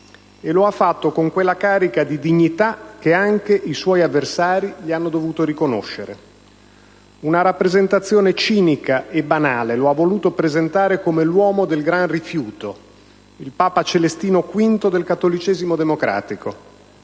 lo ha fatto con quella carica di dignità che anche i suoi avversari gli hanno dovuto riconoscere. Una rappresentazione cinica e banale lo ha voluto presentare come l'uomo del gran rifiuto, il Papa Celestino V del cattolicesimo democratico;